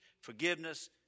forgiveness